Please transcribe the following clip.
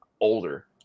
older